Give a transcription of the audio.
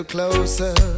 closer